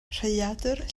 rhaeadr